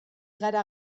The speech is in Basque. gara